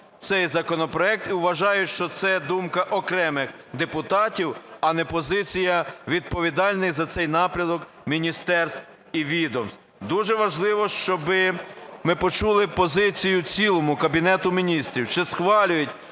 цей законопроект і вважають, що це думка окремих депутатів, а не позиція відповідальних за цей напрямок міністерств і відомств. Дуже важливо, щоб ми почули позицію в цілому Кабінету Міністрів, чи схвалюють